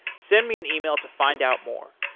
send me an email to find out more,